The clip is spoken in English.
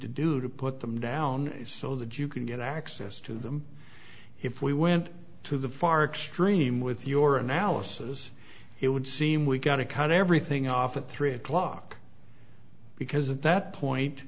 to do to put them down so that you can get access to them if we went to the far extreme with your analysis it would seem we've got to cut everything off at three o'clock because at that point